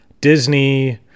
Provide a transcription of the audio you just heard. disney